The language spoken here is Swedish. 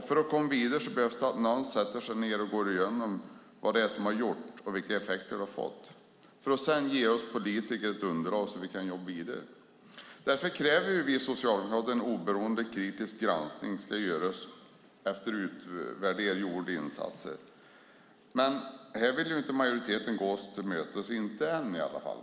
För att komma vidare behövs det att någon sätter sig ned och går igenom vad det är som har gjorts och vilka effekter det har fått för att sedan ge oss politiker ett underlag så att vi kan jobba vidare. Därför kräver vi socialdemokrater att en oberoende kritisk granskning ska göras för att utvärdera gjorda insatser. Men här vill majoriteten inte gå oss till mötes - inte än i alla fall.